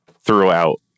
throughout